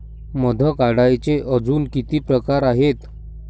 मध काढायचे अजून किती प्रकार आहेत?